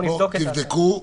תבדקו.